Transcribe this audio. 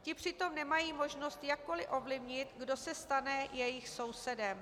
Ti přitom nemají možnost jakkoliv ovlivnit, kdo se stane jejich sousedem.